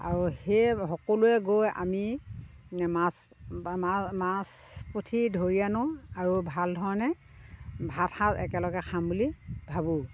আৰু সেই সকলোৱে গৈ আমি মাছ মাছ পুঠি ধৰি আনো আৰু ভাল ধৰণে ভাতসাঁজ একেলগে খাম বুলি ভাবোঁ